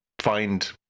find